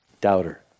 Doubter